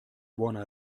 buona